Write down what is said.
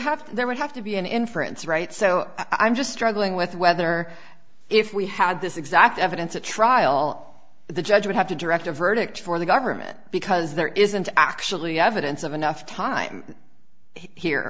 have there would have to be an inference right so i'm just struggling with whether if we had this exact evidence a trial the judge would have to direct a verdict for the government because there isn't actually evidence of enough time here